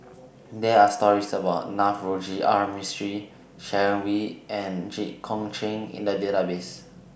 There Are stories about Navroji R Mistri Sharon Wee and Jit Koon Ch'ng in The Database